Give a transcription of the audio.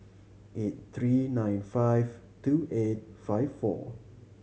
eight three nine five two eight five four